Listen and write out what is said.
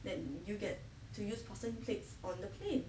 that you get to use porcelain plates on the plane